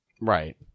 Right